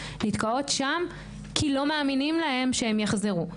שהן מאוד נתקעות שם כי לא מאמינים להן שהן יחזרו.